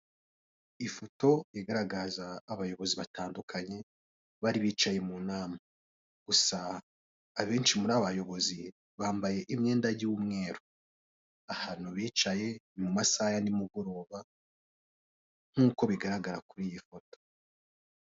Ifoto igaragaza abayobozi batandukanye bari bicaye mu nama, gusa abenshi muri aba bayobozi bambaye imyenda y'umweru. Ahantu bicaye mu masaha ya nimugoroba nk'uko bigaragara kuri iyi foto.